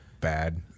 bad